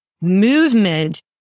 movement